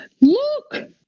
look